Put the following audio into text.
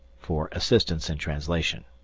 for assistance in translation.